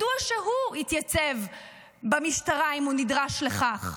מדוע שהוא יתייצב במשטרה, אם הוא נדרש לכך?